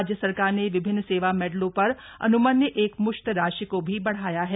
राज्य सरकार ने विभिन्न सेवा मेडलों पर अनुमन्य एक मुश्त राशि को भी बढ़ाया है